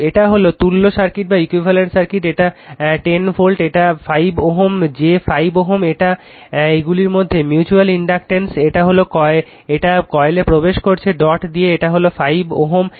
তো এটা হলো তুল্য সার্কিট এটা 10 ভোল্ট এটা 5 Ω j 5 Ω এটা এগুলির মধ্যে মিউচুয়াল ইনডাকটেন্স এটা কয়েলে প্রবেশ করছে ডট দিয়ে ও এটা হলো 5 Ω